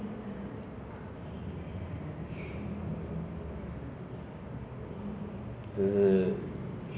basically I will drop my egos because ah what I know is that I've been very lazy lah